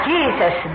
Jesus